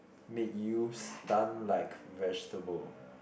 make you stun like vegetable